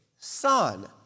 son